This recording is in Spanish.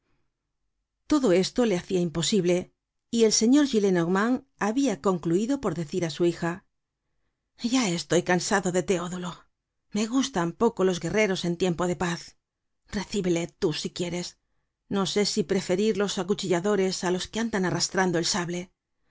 todo esto le hacia imposible y el señor gillenormand habia concluido por decir á su hija ya estoy cansado de teodulo me gustan poco los guerreros en tiempo de paz recíbele tú si quieres no sé si preferir los acuchilladores á los que andan arrastrando el sable el